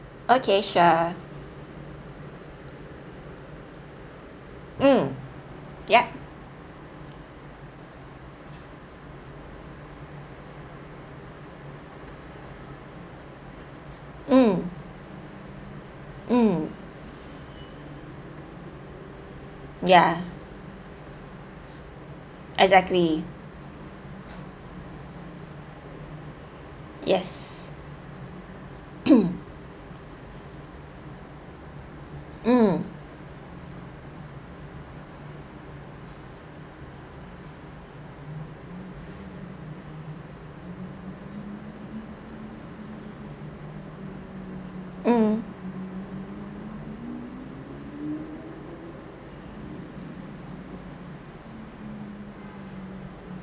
okay sure mm yup mm mm ya exactly yes mm mm